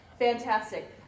Fantastic